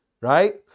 right